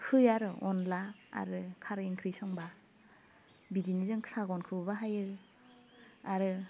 होयो आरो अनला आरो खारै ओंख्रि संबा बिदिनो जों सागनखौ बाहायो आरो